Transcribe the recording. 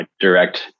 direct